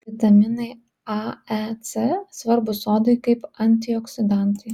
vitaminai a e c svarbūs odai kaip antioksidantai